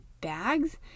bags